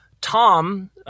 Tom